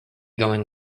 going